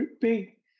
big